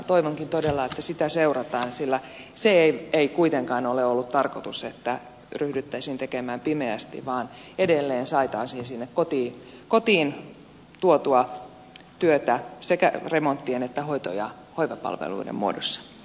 toivonkin todella että sitä seurataan sillä se ei kuitenkaan ole ollut tarkoitus että ryhdyttäisiin tekemään pimeästi vaan että edelleen saataisiin sinne kotiin tuotua työtä sekä remonttien että hoito ja hoivapalveluiden muodossa